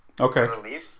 Okay